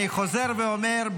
אני חוזר ואומר,